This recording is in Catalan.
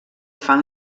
fan